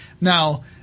Now